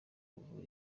kuvuga